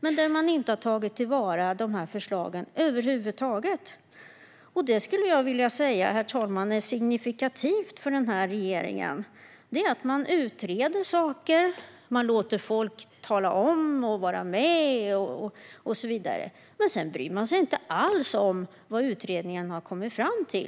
Men man har inte tagit till vara de här förslagen över huvud taget. Herr talman! Jag skulle vilja säga att detta är signifikativt för den här regeringen. Man utreder saker, låter folk tala och vara med och så vidare. Men sedan bryr man sig inte alls om vad utredningen har kommit fram till.